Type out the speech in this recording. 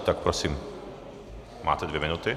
Tak prosím, máte dvě minuty.